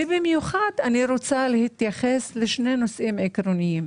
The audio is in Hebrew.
ובמיוחד אני רוצה להתייחס לשני נושאים עקרוניים